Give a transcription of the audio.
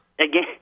again